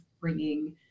bringing